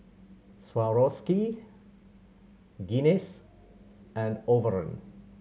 Swarovski Guinness and Overrun